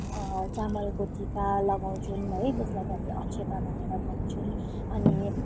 चामलको टिका लगाउँछौँ है त्यसलाई चाहिँ हामी अक्षता भनेर भन्छौँ अनि